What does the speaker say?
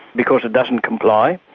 because it doesn't comply,